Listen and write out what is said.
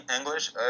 English